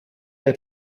del